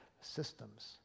systems